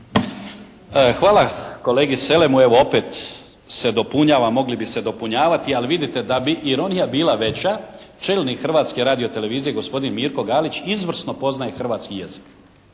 Hvala kolegi Selemu. Evo opet se dopunjavamo, mogli bi se dopunjavati, ali vidite da bi ironija bila veća čelnik Hrvatske radiotelevizije, gospodin Mirko Galić izvrsno poznaje hrvatski jezik,